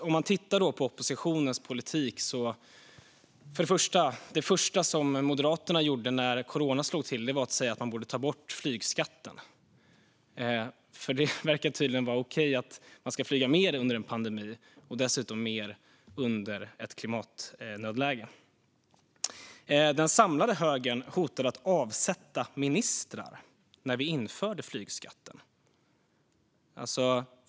Om man tittar på oppositionens politik ser man att det första Moderaterna gjorde när corona slog till var att säga att man borde ta bort flygskatten. Det är tydligen okej att flyga mer under en pandemi - och dessutom under ett klimatnödläge. Den samlade högern hotade även att avsätta ministrar när vi införde flygskatten.